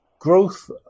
growth